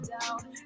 down